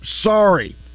sorry